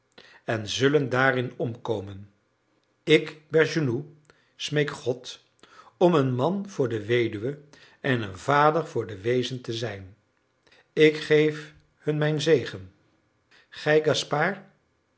en zullen daarin omkomen ik bergounhoux smeek god om een man voor de weduwe en een vader voor de weezen te zijn ik geef hun mijn zegen